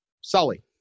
Sully